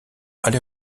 aller